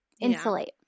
insulate